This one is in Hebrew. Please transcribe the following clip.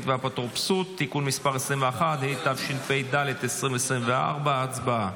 והאפוטרופסות (תיקון מס' 21), התשפ"ד 2024. הצבעה.